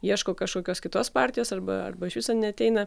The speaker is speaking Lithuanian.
ieško kažkokios kitos partijos arba arba iš viso neateina